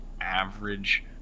average